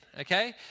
okay